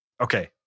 Okay